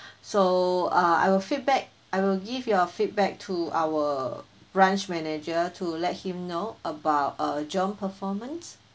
so uh I will feedback I will give your feedback to our branch manager to let him know about uh john performance